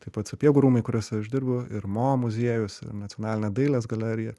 taip pat sapiegų rūmai kuriuose aš dirbu ir mo muziejus nacionalinė dailės galerija